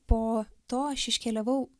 po to aš iškeliavau